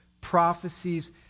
prophecies